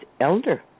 Elder